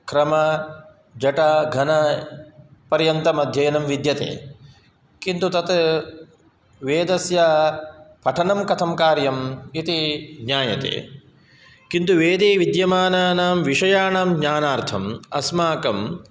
क्रम जटा घनापर्यन्तमध्ययनं विद्यते किन्तु तत् वेदस्य पठनं कथं कार्यम् इति ज्ञायते किन्तु वेदे विद्यमानां विषयाणां ज्ञानार्थम् अस्माकं